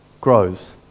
grows